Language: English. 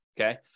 Okay